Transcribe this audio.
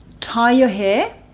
tie your hair